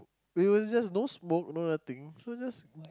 it was just no smoke no nothing so just